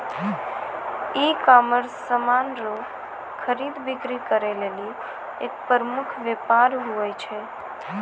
ecommerce समान रो खरीद बिक्री करै लेली एक प्रमुख वेपार हुवै छै